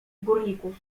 górników